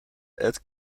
het